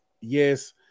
yes